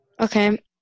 Okay